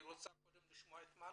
היא רוצה לשמוע קודם את המל"ג,